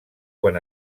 quan